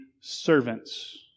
servants